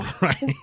Right